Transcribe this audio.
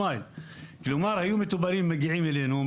כלומר היו מטופלים מגיעים אלינו,